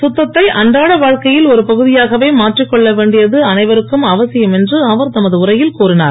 கத்தத்தை அன்றாட வாழ்க்கையில் ஒரு பகுதியாகவே மாற்றிக்கொள்ள வேண்டியது அனைவருக்கும் அவசியம் என்று அவர் தமது உரையில் கூறினுர்